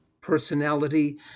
personality